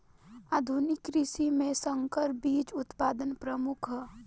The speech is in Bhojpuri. आधुनिक कृषि में संकर बीज उत्पादन प्रमुख ह